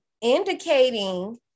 indicating